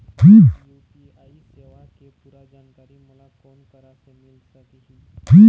UPI सेवा के पूरा जानकारी मोला कोन करा से मिल सकही?